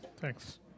thanks